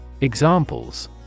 Examples